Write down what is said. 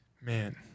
Man